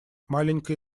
маленькая